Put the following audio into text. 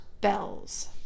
bells